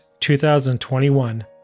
2021